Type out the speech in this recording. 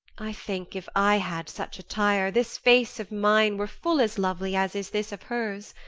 i think, if i had such a tire, this face of mine were full as lovely as is this of hers